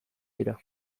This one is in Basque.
dira